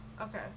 okay